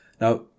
now